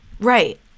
Right